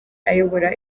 ayobora